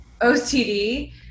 OCD